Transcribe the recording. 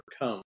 overcome